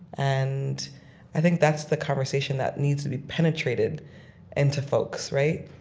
and i think that's the conversation that needs to be penetrated into folks, right?